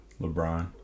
LeBron